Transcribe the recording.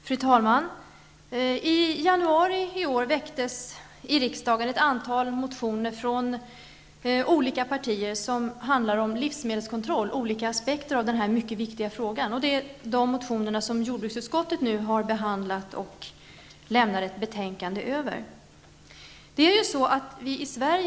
Fru talman! I januari i år väcktes i riksdagen från olika partier ett antal motioner där olika aspekter av den mycket viktiga frågan om livsmedelskontroll tas upp. Dessa motioner har behandlats i det betänkande från jordbruksutskottet som vi nu diskuterar.